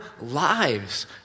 lives